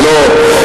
זה לא העניין.